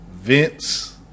Vince